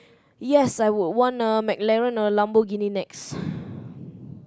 yes I would want a McLaren or Lamborghini next